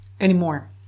Anymore